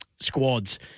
squads